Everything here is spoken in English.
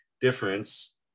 difference